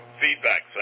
feedback